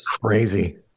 Crazy